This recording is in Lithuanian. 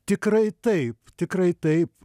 tikrai taip tikrai taip